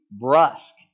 brusque